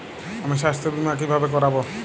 আমি স্বাস্থ্য বিমা কিভাবে করাব?